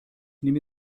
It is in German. nehme